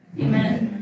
Amen